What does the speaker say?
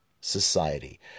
society